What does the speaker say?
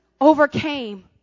overcame